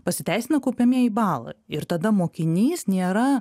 pasiteisino kaupiamieji balai ir tada mokinys nėra